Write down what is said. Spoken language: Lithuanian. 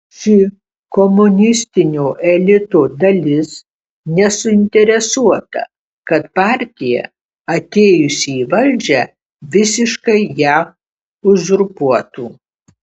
ši komunistinio elito dalis nesuinteresuota kad partija atėjusi į valdžią visiškai ją uzurpuotų